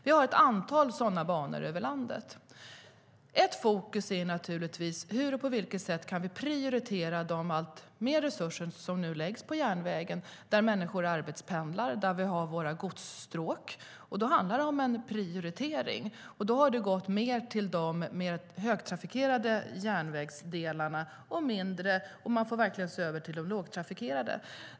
Vi har ett antal sådana banor över landet. Ett fokus är naturligtvis på vilket sätt vi kan prioritera de allt större resurser som nu läggs på järnvägen, där människor arbetspendlar och där vi har våra godsstråk. Då handlar det om en prioritering, och då har det gått mer till de mer högtrafikerade järnvägsdelarna och mindre till de lågtrafikerade, vilket man verkligen får se över.